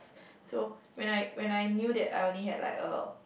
so when I when I knew that I only had like a